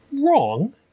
Wrong